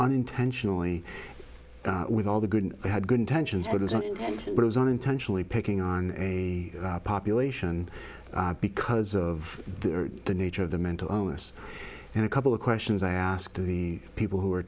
unintentionally with all the good had good intentions but as i was unintentionally picking on a population because of the nature of the mental illness and a couple of questions i asked the people who are